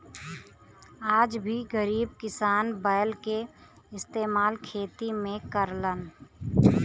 आज भी गरीब किसान बैल के इस्तेमाल खेती में करलन